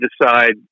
decide